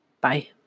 Bye